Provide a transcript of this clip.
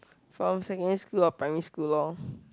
from secondary school or primary school lor